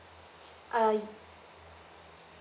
uh yeah